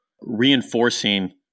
reinforcing